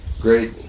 great